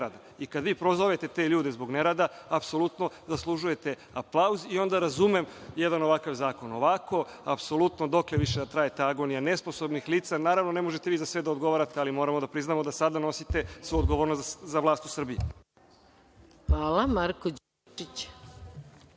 Kada vi prozovete te ljude zbog nerada, apsolutno zaslužujete aplauz i onda razumem jedan ovakav zakon. Ovako, apsolutno dokle više da traje ta agonija nesposobnih lica? Naravno, ne možete vi za sve da odgovarate, ali moramo da priznamo da sada snosite svu odgovornost za vlast u Srbiji. **Maja Gojković**